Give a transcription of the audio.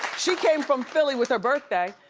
she came from philly with her birthday.